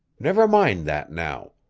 never mind that now.